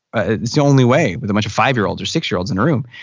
ah it's the only way with a bunch of five year olds or six year olds in the room.